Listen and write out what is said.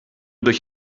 durch